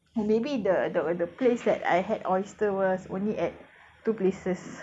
maybe the the the place that I had oyster was only at two places